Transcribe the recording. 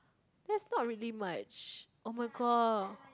that's not really much oh-my-god